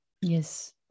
Yes